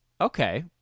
okay